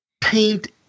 paint